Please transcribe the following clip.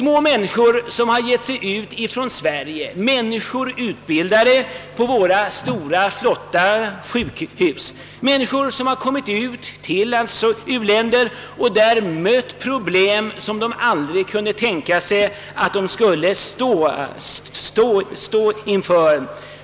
Dessa sjuksköterskor har utbildats på moderna sjukhus här i Sverige, och sedan har de kommit till ett u-land och mött problem, som de aldrig hade kunnat tänka sig att de skulle ställas inför.